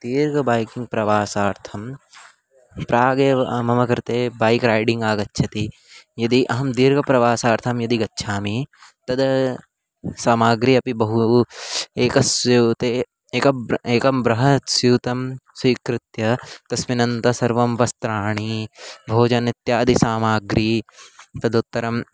दीर्घबैकिङ्ग् प्रवासार्थं प्रागेव मम कृते बैक् रैडिङ्ग् आगच्छति यदि अहं दीर्घप्रवासार्थं यदि गच्छामि तद् सामाग्री अपि बहु एकस्यूते एकं एकं बृहत् स्यूतं स्वीकृत्य तस्मिन् अन्तः सर्वं वस्त्राणि भोजनम् इत्यादि सामाग्री तदुत्तरम्